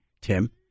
Tim